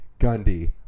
Gundy